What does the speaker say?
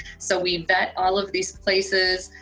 so we vet all of these places.